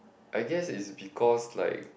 I guess is because like